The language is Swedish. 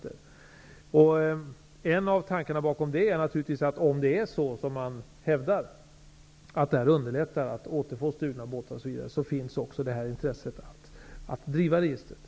En av tankarna bakom detta är naturligtvis, att om det är som man hävdar -- dvs. att det underlättar att återfå stulna båtar osv.-- finns också ett intresse av att driva ett sådant register.